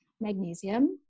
magnesium